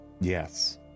Yes